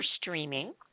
streaming